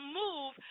move